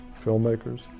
filmmakers